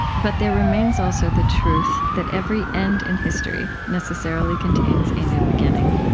but there remains also the truth that every end in history necessarily contains a new beginning.